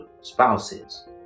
spouses